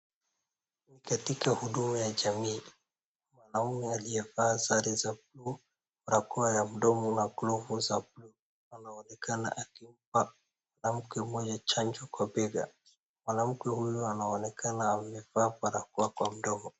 Katika huduma ya jamii mwanaume aliyevaa sare za bluu , barakoa ya mdomo na glovu za bluu anaonekana akipata chanjo kwa bega mwanaume huyu anaonekana amevaa barakoa kwa mdomo .